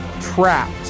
trapped